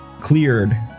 cleared